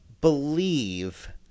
believe